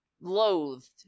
loathed